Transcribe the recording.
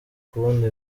kubona